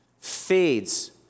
fades